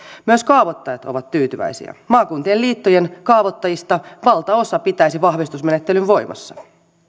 myös kaavoittajat ovat tyytyväisiä maakuntien liittojen kaavoittajista valtaosa pitäisi vahvistusmenettelyn voimassa